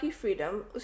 freedom